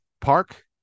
Park